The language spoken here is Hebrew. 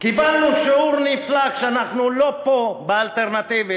קיבלנו שיעור נפלא, כשאנחנו לא פה, באלטרנטיבית.